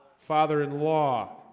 father-in-law,